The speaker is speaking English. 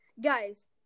Guys